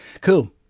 Cool